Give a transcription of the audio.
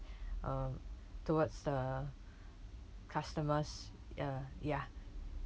uh towards the customers uh ya